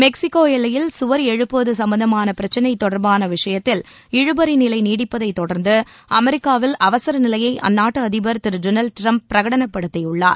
Mexico எல்லையில் சுவர் எழுப்புவது சம்பந்தமான பிரச்சினை தொடர்பான விஷயத்தில் இழுபநி நிலை நீடிப்பதை தொடர்ந்து அமெரிக்காவில் அவசர நிலையை அந்நாட்டு அதிபர் திரு டொனால்டு டிரம்ப் பிரகடனப்படுத்தியுள்ளார்